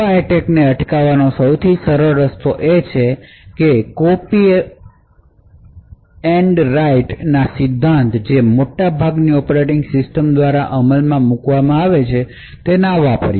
આવા એટેકને અટકાવવાનો સૌથી સ્પષ્ટ રસ્તો એ છે કે કોપી એન્ડ રાઇટ નો સિધ્ધાંત જે મોટાભાગની ઑપરેટિંગ સિસ્ટમ દ્વારા અમલમાં મૂકવામાં આવે છે તે ન વાપરો